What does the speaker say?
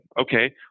Okay